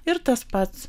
ir tas pats